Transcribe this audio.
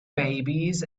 babies